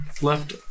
left